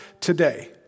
today